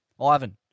Ivan